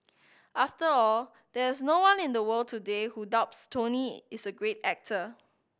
after all there is no one in the world today who doubts Tony is a great actor